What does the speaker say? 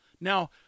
Now